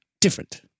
different